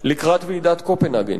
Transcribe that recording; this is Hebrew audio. לקראת ועידת קופנהגן.